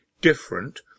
different